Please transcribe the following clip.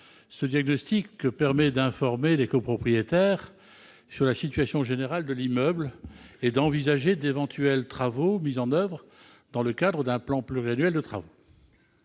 puisqu'il permet d'informer les copropriétaires sur la situation générale de l'immeuble et d'envisager d'éventuels travaux mis en oeuvre dans le cadre d'un plan pluriannuel.